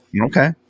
Okay